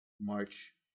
March